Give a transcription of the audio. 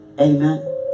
Amen